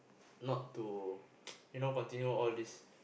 not to you know continue all these